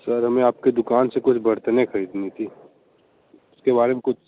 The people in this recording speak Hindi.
सर हमें आपकी दुकान से कुछ बर्तन ख़रीदने थी उसके बारे में कुछ